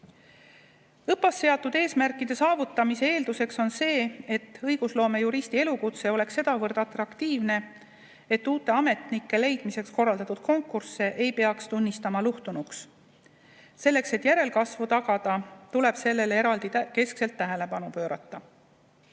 ÕPPA‑s seatud eesmärkide saavutamise eelduseks on see, et õigusloomejuristi elukutse oleks sedavõrd atraktiivne, et uute ametnike leidmiseks korraldatud konkursse ei peaks tunnistama luhtunuks. Selleks et järelkasvu tagada, tuleb sellele eraldi keskselt tähelepanu pöörata.